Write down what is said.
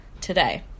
today